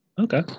Okay